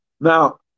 Now